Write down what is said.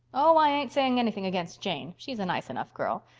oh, i ain't saying anything against jane. she's a nice enough girl.